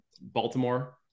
Baltimore